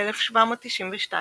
ב-1792,